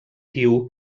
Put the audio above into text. diu